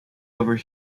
over